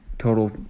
Total